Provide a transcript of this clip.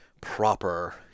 proper